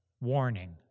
warning